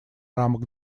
рамок